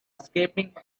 escaping